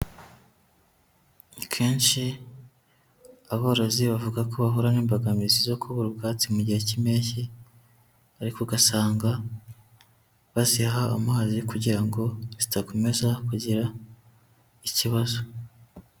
Kenshi aborozi bavuga ko bahura n'imbogamizi zo kubura ubwatsi mu gihe cy'impeshyi, ariko ugasanga baziha amazi, kugira ngo zidakomeza kugira ikibazo.